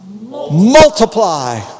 multiply